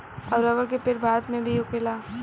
अब रबर के पेड़ भारत मे भी होखेला